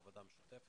את העבודה המשותפת